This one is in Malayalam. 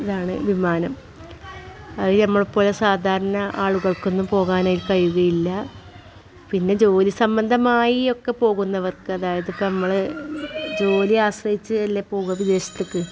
ഇതാണ് വിമാനം അത് നമ്മളെ പോലെ സാധാരണ ആളുകൾക്കൊന്നും പോകാനായി കഴിയുകയില്ല പിന്നെ ജോലി സംബന്ധമായി ഒക്കെ പോകുന്നവർക്ക് അതായത് ഇപ്പം നമ്മൾ ജോലി ആസ്വദിച്ചല്ലേ പോകൂ വിദേശത്തേക്ക്